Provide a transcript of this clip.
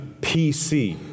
PC